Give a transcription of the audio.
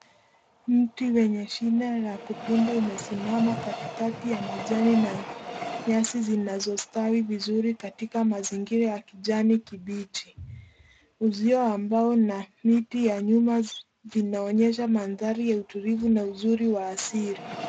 Mti wenye shina la kupinda umesimama katikati ya majani na nyasi zinazostawi vizuri katika mazingira ya kijani kibichi. Uzio wa mbao na miti ya nyuma vinaonyesha mandhari ya utulivu na uzuri wa asili.